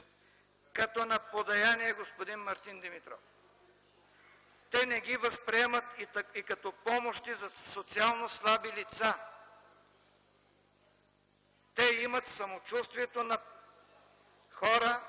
като на подаяние, господин Мартин Димитров. Те не ги възприемат и като помощи за социално слаби лица. Те имат самочувствието на хора,